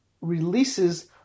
releases